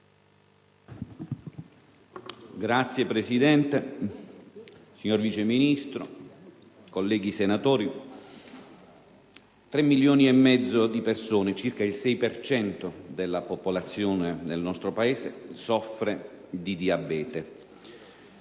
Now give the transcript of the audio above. Signora Presidente, signor Vice Ministro, colleghi senatori, 3 milioni e mezzo di persone, circa il 6 per cento della popolazione nel nostro Paese, soffrono di diabete.